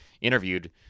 interviewed